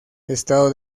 estado